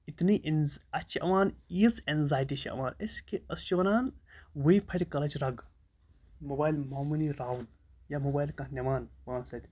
اِتنی اِنٛز اَسہِ چھِ یِوان ییٖژ اٮ۪نزایٹی چھِ یِوان أسۍ کہِ أسۍ چھِ وَنان وٕے پھَٹہٕ کَلٕچ رَگ موبایِل معموٗلی راوُن یا موبایِل کانٛہہ نِوان پانَس سۭتۍ